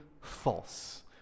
false